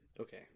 Okay